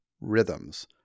rhythms